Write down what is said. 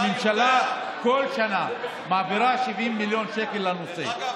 הממשלה כל שנה מעבירה 70 מיליון שקל לנושא.